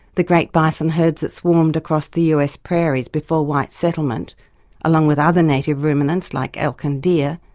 the great bison herds that swarmed across the us prairies before white settlement along with other native ruminants like elk and deer,